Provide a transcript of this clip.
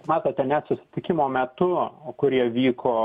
matote net susitikimo metu kurie vyko